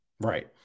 Right